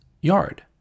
yard